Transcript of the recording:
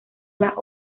las